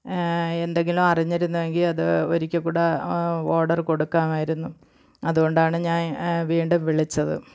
എന്തെങ്കിലും അറിഞ്ഞിരുന്നെങ്കിൽ അത് ഒരിക്കൽ കൂടെ ഓർഡർ കൊടുക്കാമായിരുന്നു അതുകൊണ്ടാണ് ഞാൻ വീണ്ടും വിളിച്ചത്